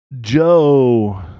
Joe